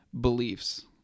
beliefs